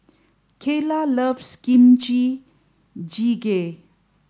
Kaela loves Kimchi Jjigae